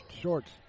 Shorts